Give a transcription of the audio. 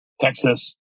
Texas